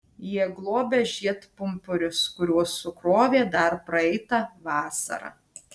jie globia žiedpumpurius kuriuos sukrovė dar praeitą vasarą